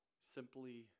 simply